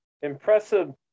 impressive